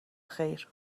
خیر